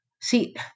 See